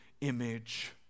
image